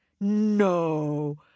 No